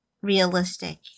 realistic